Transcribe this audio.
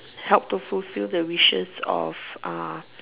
help to fulfill the wishes of